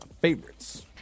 favorites